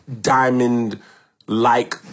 diamond-like